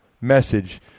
message